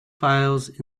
files